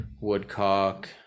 woodcock